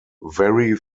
very